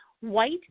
white